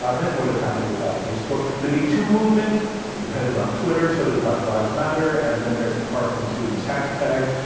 ah never would've happened without facebook. the metoo movement depended on twitter. so, did black lives matter and then there's the parkland student's hashtag.